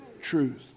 truth